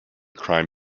crime